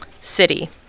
city